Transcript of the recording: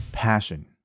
passion